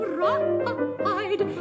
ride